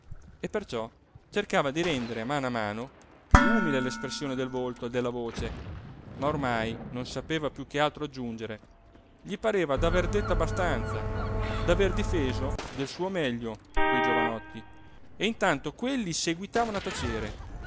e perciò cercava di rendere a mano a mano piú umile l'espressione del volto e della voce ma ormai non sapeva piú che altro aggiungere gli pareva d'aver detto abbastanza d'aver difeso del suo meglio quei giovanotti e intanto quelli seguitavano a tacere